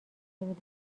دهید